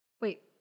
Wait